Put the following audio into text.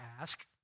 ask